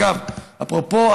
אפרופו,